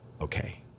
Okay